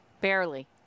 Barely